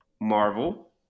Marvel